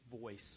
voice